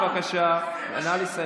האבא והאימא,